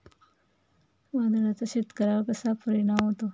वादळाचा शेतकऱ्यांवर कसा परिणाम होतो?